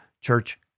church